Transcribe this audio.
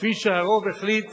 כפי שהרוב החליט